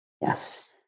Yes